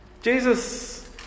Jesus